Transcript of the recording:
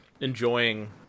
enjoying